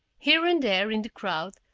here and there in the crowd,